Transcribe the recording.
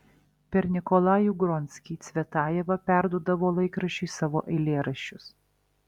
per nikolajų gronskį cvetajeva perduodavo laikraščiui savo eilėraščius